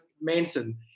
Manson